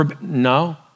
No